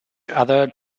other